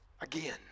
again